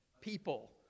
people